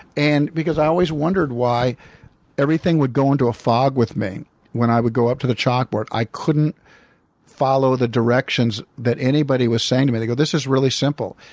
and because i always wondered why everything would go into a fog with me when i would go up to the chalkboard. i couldn't follow the directions that anybody was saying to me. they go this is really simple.